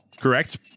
correct